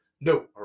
No